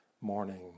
morning